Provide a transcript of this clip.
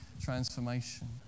transformation